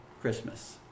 Christmas